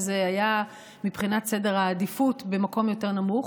וזה היה מבחינת סדר העדיפויות במקום יותר נמוך.